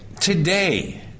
today